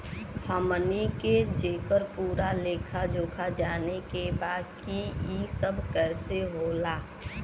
हमनी के जेकर पूरा लेखा जोखा जाने के बा की ई सब कैसे होला?